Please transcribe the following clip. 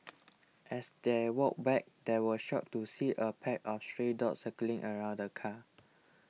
as they walked back they were shocked to see a pack of stray dogs circling around the car